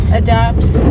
adapts